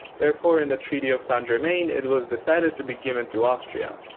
therefore in the treaty of saint germain it was decided to be given to austria,